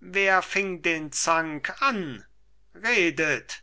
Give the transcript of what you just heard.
wer fing den zank an redet